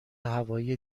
هوایی